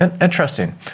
Interesting